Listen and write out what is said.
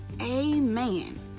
Amen